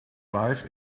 life